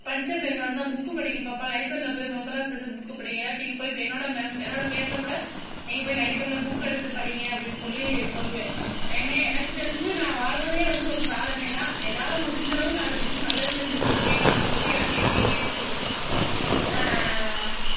படித்த பிள்ளைங்களாக இருந்தால் புக்கு படிங்கப்பா பா லைப்ரரியில் போய் மெம்பராக சேர்ந்து புக்கு படிங்க இல்லாட்டி இப்போ இப்போ என்னோட மெம் என்னோட பேரில் கூட நீங்கள் போய் லைப்ரரியில் புக்கெடுத்து படிங்க அப்படின்னு சொல்லி சொல்லுவேன் என்னை எனக்கு தெரிஞ்சு நான் வாழ்கிறதே வந்து ஒரு சாதனை தான் என்னால் முடிஞ்ச அளவு நாலு பேத்துக்கு நல்லது செஞ்சிகிட்டிருக்கேங்கிற திருப்தி எனக்கு எப்பவுமே இருக்குது